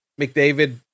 McDavid